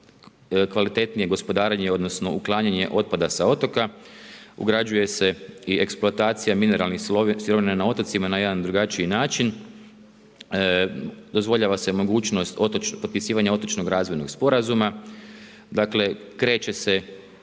kvalitetnije gospodarenje, odnosno uklanjanje otpada sa otoka, ugrađuje se i eksploatacija mineralnih sirovina na otocima na jedan drugačiji način, dozvoljava se mogućnost potpisivanja otočnog razvojnog sporazuma. Dakle, kreće se